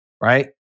right